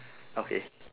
okay